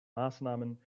maßnahmen